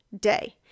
day